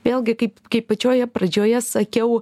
vėlgi kaip kaip pačioje pradžioje sakiau